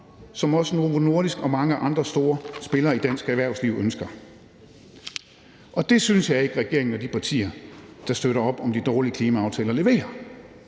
som også Novo Nordisk og mange andre store spillere i dansk erhvervsliv ønsker, og det synes jeg ikke at regeringen og de partier, der støtter op om de dårlige klimaaftaler, leverer.